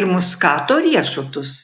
ir muskato riešutus